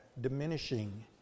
diminishing